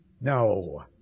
No